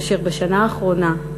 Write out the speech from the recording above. ובשנה האחרונה,